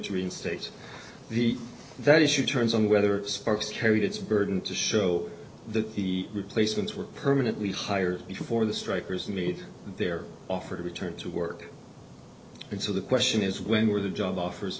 reinstate the that issue turns on whether sparks carried its burden to show that the replacements were permanently higher before the strikers meet their offer to return to work and so the question is when were the job offers